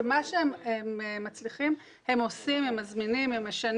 מה שהם מצליחים הם עושים, הם משנים,